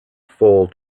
fall